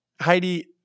Heidi